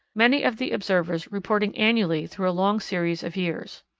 many of the observers reporting annually through a long series of years.